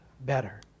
better